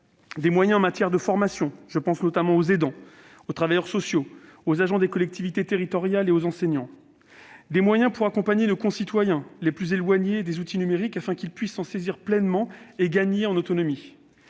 Des moyens en matière de formation : je pense notamment aux aidants, aux travailleurs sociaux, aux agents des collectivités territoriales et aux enseignants. Des moyens pour accompagner nos concitoyens les plus éloignés des outils numériques, afin qu'ils puissent s'en saisir pleinement et gagner en autonomie.